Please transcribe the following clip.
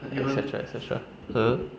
et cetera et cetera !huh!